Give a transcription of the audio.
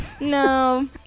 No